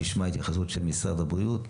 אני אשמע התייחסות של משרד הבריאות,